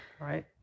right